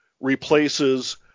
replaces